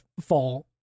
fall